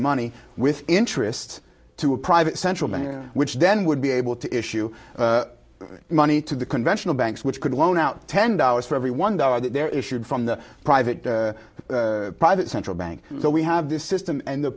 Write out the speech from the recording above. money with interest to a private central bank which then would be able to issue money to the conventional banks which could loan out ten dollars for every one dollar that they're issued from the private private central bank so we have this system and the